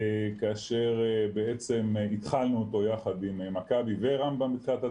כאשר בעצם התחלנו אותו יחד עם מכבי ורמב"ם בתחילת הדרך.